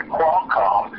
Qualcomm